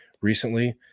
recently